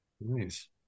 Nice